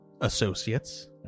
associates